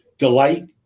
delight